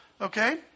Okay